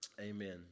Amen